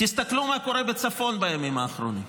תסתכלו מה קורה בצפון בימים האחרונים: